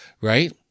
right